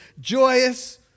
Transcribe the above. joyous